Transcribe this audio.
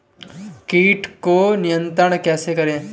कीट को नियंत्रण कैसे करें?